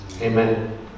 Amen